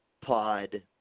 pod